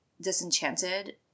disenchanted